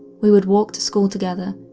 we would walk to school together,